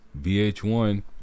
VH1